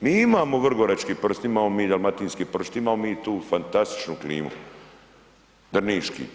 Mi imamo vrgorački pršut, imamo mi dalmatinski pršut, imamo mi tu fantastičnu klimu, drniški.